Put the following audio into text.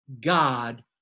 God